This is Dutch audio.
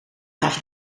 graag